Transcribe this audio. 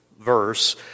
verse